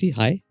hi